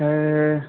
sir